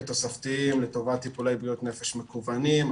תוספתיים לטובת טיפולי בריאות נפש מקוונים,